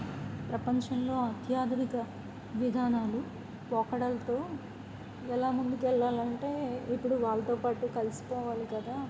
ప్రపంచంలో అత్యాధునిక విధానాలు ఒకడలతో ఎలా ముందుకెళ్ళాలంటే ఇప్పుడు వాళ్ళతో పాటు కలిసిపోవాలి కదా